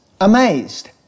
amazed